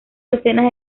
decenas